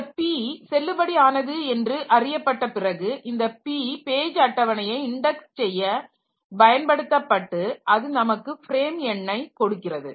இந்தப் P செல்லுபடி ஆனது என்று அறியப்பட்ட பிறகு இந்த P பேஜ் அட்டவணையை இன்டெக்ஸ் செய்ய பயன்படுத்தப்பட்டு அது நமக்கு ஃப்ரேம் எண்ணை கொடுக்கிறது